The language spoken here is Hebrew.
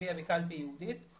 להצביע בקלפי ייעודית.